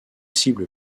cible